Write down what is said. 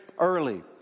early